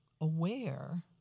aware